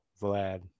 Vlad